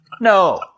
No